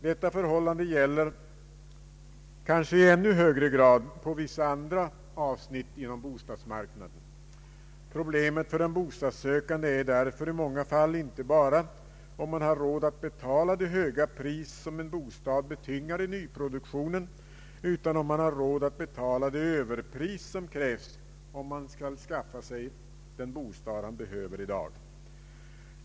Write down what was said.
Detta förhållande gäller kanske i ännu högre grad på vissa andra avsnitt inom bostadsmarknaden. Problemet för en bostadssökande är därför i många fall inte bara om han har råd att betala det höga pris som en bostad betingar i nyproduktionen, utan om han har råd att betala det överpris som krävs om han skall kunna skaffa den bostad han behöver i dag.